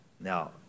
Now